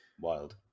Wild